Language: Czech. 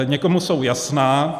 Někomu jsou jasná.